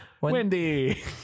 Wendy